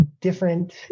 different